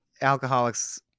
Alcoholics